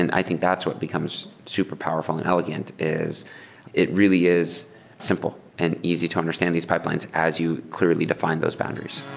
and i think that's what becomes superpowerful and elegant, is it really is simple and easy to understand these pipelines as you clearly define those boundaries